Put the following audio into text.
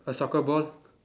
a soccer ball